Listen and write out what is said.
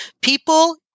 People